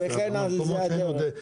וכן על זה הדרך.